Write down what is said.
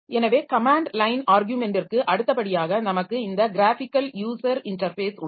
எனவே command line ஆர்க்யுமென்டிற்கு அடுத்தபடியாக நமக்கு இந்த க்ராஃபிக்கல் யூஸர் இன்டர்ஃபேஸ் உள்ளது